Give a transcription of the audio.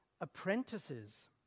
apprentices